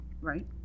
right